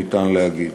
ניתן להגיד.